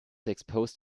exposed